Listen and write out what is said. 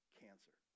cancer